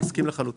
מסכים לחלוטין.